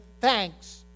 thanks